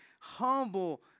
humble